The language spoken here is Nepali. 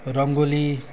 रङ्गोली